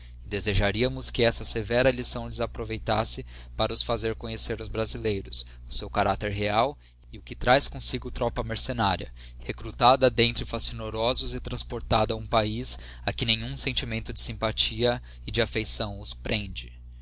desejaríamos que essa severa lição lhes aproveitasse para os fazer conhecer os brasileiros o seu caracter real e o que traz comsigo tropa mercenária recrutada d'entre facinorosos e transportada a um paiz a que nenhum sentimento de sympathia e de affeição os prende